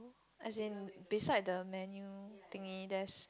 as in beside the menu thingy there's